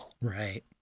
Right